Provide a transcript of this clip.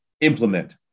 implement